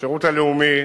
השירות הלאומי,